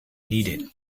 needed